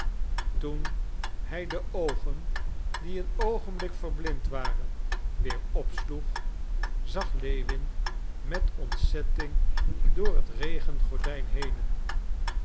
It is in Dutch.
toen hij de oogen die een oogenblik verblind waren weer opsloeg zag lewin mot ontzetting door het regengordijn henen